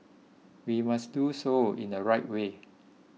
we must do so in the right way